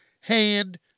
hand